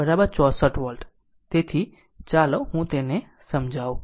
તેથી Voc 64 volt તેથી ચાલો હું તેને સમજાવું